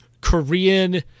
Korean